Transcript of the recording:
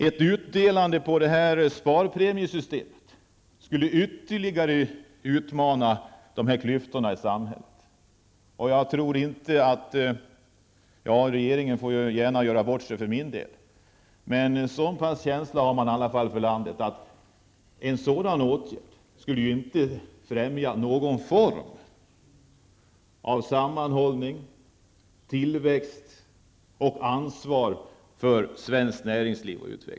En utdelning via sparpremiesystemet skulle ytterligare utvidga klyftorna i samhället. Regeringen får gärna göra bort sig för min del. Men den borde i alla fall ha en sådan känsla för landet att den inser att en sådan åtgärd inte skulle främja någon form av sammanhållning, tillväxt och ansvar för svenskt näringsliv.